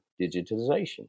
digitization